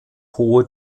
hohe